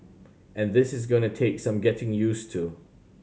and this is going to take some getting use to